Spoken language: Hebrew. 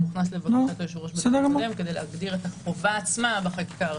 הוא נכנס כדי להגדיר את החובה עצמה בחקיקה הראשית.